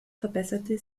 verbesserte